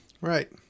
Right